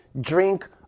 drink